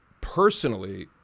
personally